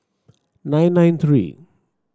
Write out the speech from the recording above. nine nine three